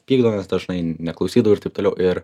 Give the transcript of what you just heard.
pykdavomės dažnai neklausydavau ir taip toliau ir